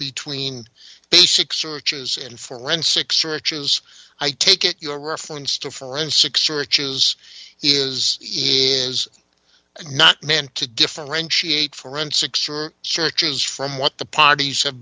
between basic searches and forensic searches i take it your reference to forensic searches is not meant to differentiate forensics searches from what the parties have